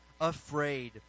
afraid